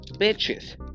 bitches